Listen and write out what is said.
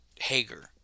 Hager